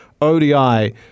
ODI